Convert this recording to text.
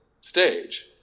stage